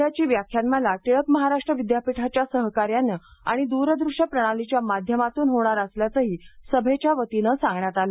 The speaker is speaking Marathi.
यंदाची व्याख्यानमाला टिळक महाराष्ट्र विद्यापीठाच्या सहकार्याने आणि दूरदूश्य प्रणालीच्या माध्यमातून होणार असल्याचंही सभेच्या वतीनं सांगण्यात आलं